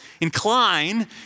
incline